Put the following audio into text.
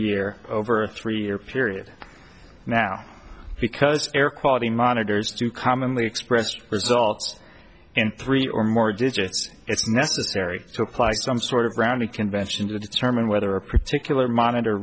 year over a three year period now because air quality monitors do commonly expressed results in three or more digits it's necessary to apply some sort of rounded convention to determine whether a particular monitor